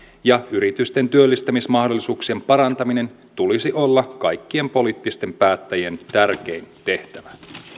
ja yritysten työllistämismahdollisuuksien parantamisen tulisi olla kaikkien poliittisten päättäjien tärkein tehtävä